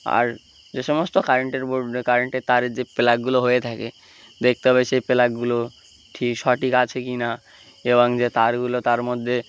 আর যে সমস্ত কারেন্টের বোর্ড কারেন্টের তারের যে প্লাগগুলো হয়ে থাকে দেখতে হবে সেই প্লাগগুলো ঠিক সঠিক আছে কি না এবং যে তারগুলো তার মধ্যে